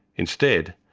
instead,